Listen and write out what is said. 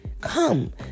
come